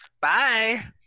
Bye